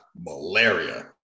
malaria